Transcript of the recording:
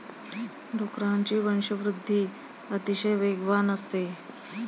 डुकरांची वंशवृद्धि अतिशय वेगवान असते